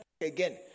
again